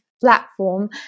Platform